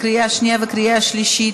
לקריאה שנייה וקריאה שלישית.